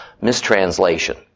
mistranslation